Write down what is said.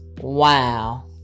wow